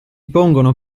pongono